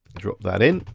drop that in.